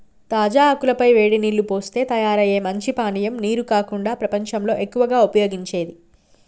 తాజా ఆకుల పై వేడి నీల్లు పోస్తే తయారయ్యే మంచి పానీయం నీరు కాకుండా ప్రపంచంలో ఎక్కువగా ఉపయోగించేది